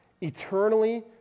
Eternally